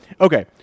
Okay